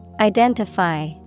Identify